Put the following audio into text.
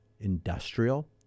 industrial